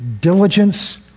diligence